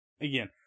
Again